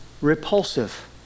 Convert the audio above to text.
repulsive